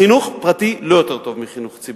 חינוך פרטי לא יותר טוב מחינוך ציבורי.